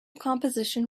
composition